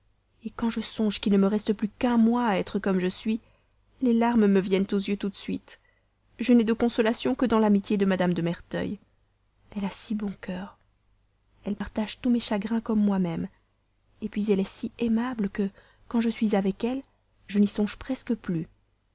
présent quand je songe qu'il ne me reste plus qu'un mois à être comme je suis les larmes me viennent aux yeux tout de suite je n'ai de consolation que dans l'amitié de mme de merteuil elle a si bon cœur elle partage tous mes chagrins comme moi-même puis elle est si aimable que quand je suis avec elle je n'y songe presque plus